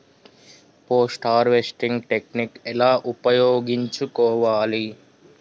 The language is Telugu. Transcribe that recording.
పోస్ట్ హార్వెస్టింగ్ టెక్నిక్ ఎలా ఉపయోగించుకోవాలి?